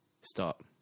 Stop